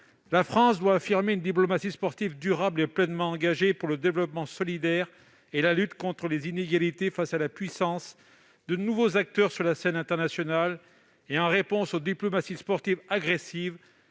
La France doit affirmer une diplomatie sportive durable et pleinement engagée pour le développement solidaire et la lutte contre les inégalités, face à la puissance de nouveaux acteurs sur la scène internationale et en réponse aux diplomaties sportives agressives,